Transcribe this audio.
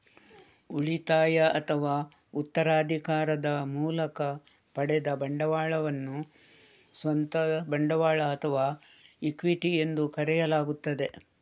ಉಳಿತಾಯ ಅಥವಾ ಉತ್ತರಾಧಿಕಾರದ ಮೂಲಕ ಪಡೆದ ಬಂಡವಾಳವನ್ನು ಸ್ವಂತ ಬಂಡವಾಳ ಅಥವಾ ಇಕ್ವಿಟಿ ಎಂದು ಕರೆಯಲಾಗುತ್ತದೆ